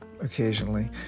occasionally